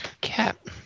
Cap